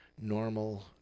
normal